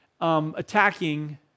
Attacking